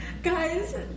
Guys